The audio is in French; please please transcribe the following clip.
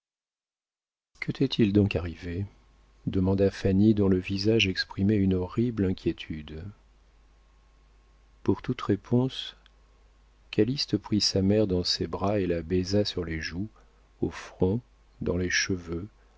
que t'est-il donc encore arrivé demanda fanny dont le visage exprimait une horrible inquiétude pour toute réponse calyste prit sa mère dans ses bras et la baisa sur les joues au front dans les cheveux